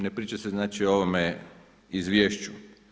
Ne priča se znači o ovome izvješću.